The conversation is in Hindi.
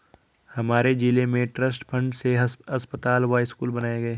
हमारे जिले में ट्रस्ट फंड से अस्पताल व स्कूल बनाए गए